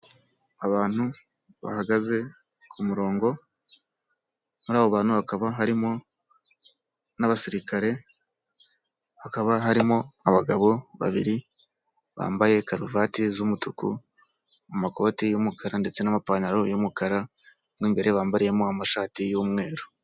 Abantu bahagaze ku murongo muri abo bantu hakaba harimo n'abasirikare, hakaba harimo abagabo babiri bambaye karuvati z'umutuku makoti y'umukara ndetse n'amapantaro y'umukara, mu imbere bambariyemo amashati y'umweru.